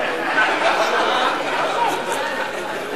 הצעת חוק לימודי יסוד במערכת החינוך,